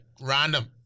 random